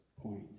point